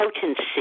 potency